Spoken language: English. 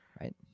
Right